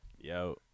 Yo